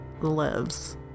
lives